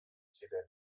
ziren